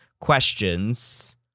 questions